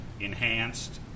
enhanced